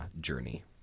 journey